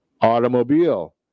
automobile